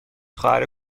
خواهر